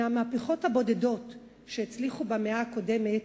המהפכה הציונית היתה מהמהפכות הבודדות שהצליחו במאה הקודמת.